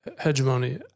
hegemony